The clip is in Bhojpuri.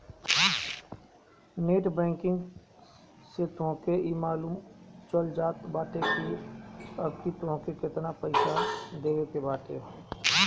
नेट बैंकिंग से तोहके इ मालूम चल जात बाटे की अबही तोहके केतना पईसा देवे के बाटे